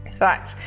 Right